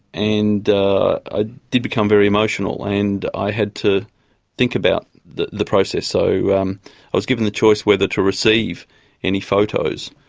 and i ah did become very emotional and i had to think about the the process. so um i was given the choice whether to receive any photos.